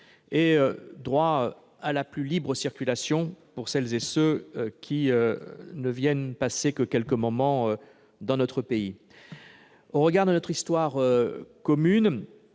et droit à la libre circulation pour celles et ceux qui viennent passer quelques moments dans notre pays. Au regard de notre histoire commune,